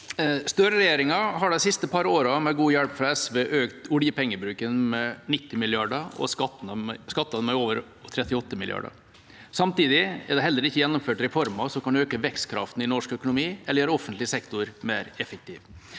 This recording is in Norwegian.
Støre-regjeringa har de siste par årene, med god hjelp fra SV, økt oljepengebruken med 90 mrd. kr og skattene med over 38 mrd. kr. Samtidig er det heller ikke gjennomført reformer som kan øke vekstkraften i norsk økonomi eller gjøre offentlig sektor mer effektiv.